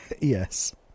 yes